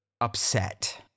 upset